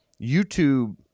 YouTube